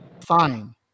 Fine